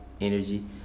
energy